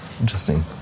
Interesting